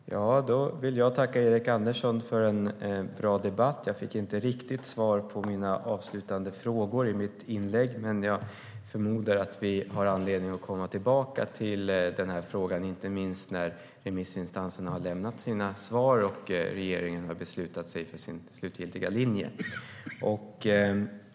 Fru talman! Jag vill tacka Erik Andersson för en bra debatt. Jag fick inte riktigt svar på mina avslutande frågor, men jag förmodar att vi har anledning att komma tillbaka till den här frågan inte minst när remissinstanserna har lämnat sina svar och regeringen har beslutat sig för en slutgiltig linje.